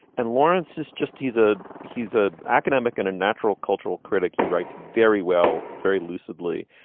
and lawrence is just he's a he's a academic and a natural cultural critic he writes very well very lucidly.